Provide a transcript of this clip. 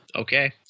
Okay